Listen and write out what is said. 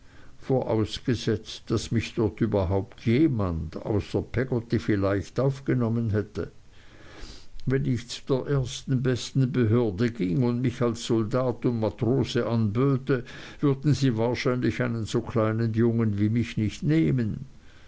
vorausgesetzt daß mich dort überhaupt jemand außer peggotty vielleicht aufgenommen hätte wenn ich zu der ersten besten behörde ginge und mich als soldat und matrose anböte würden sie wahrscheinlich einen so kleinen jungen wie mich nicht nehmen